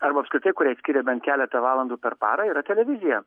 arba apskritai kuriai skiria bent keletą valandų per parą yra televizija